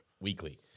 weekly